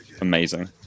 amazing